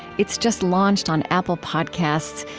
it's just launched on apple podcasts.